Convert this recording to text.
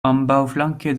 ambaŭflanke